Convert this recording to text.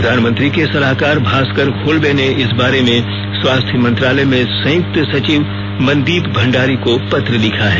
प्रधानमंत्री के सलाहकार भास्कर खुल्बे ने इस बारे में स्वास्थ्य मंत्रालय में संयुक्त सचिव मंदीप भंडारी को पत्र लिखा है